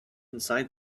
inside